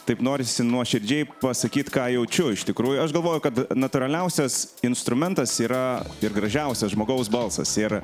taip norisi nuoširdžiai pasakyti ką jaučiu iš tikrųjų aš galvoju kad natūraliausias instrumentas yra ir gražiausias žmogaus balsas ir